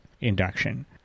induction